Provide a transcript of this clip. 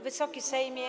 Wysoki Sejmie!